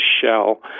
Shell